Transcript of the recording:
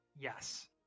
yes